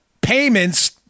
payments